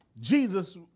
Jesus